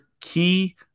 key